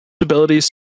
abilities